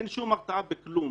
אין שום הרתעה בכלום.